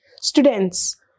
students